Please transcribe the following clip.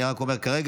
אני רק אומר כרגע,